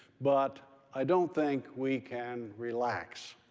but i don't think we can relax.